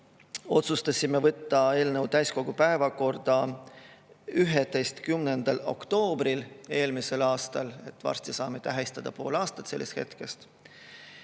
otsustasime võtta eelnõu täiskogu päevakorda 11. oktoobril eelmisel aastal, nüüd varsti saame tähistada poole aasta [möödumist] sellest hetkest.